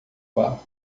barco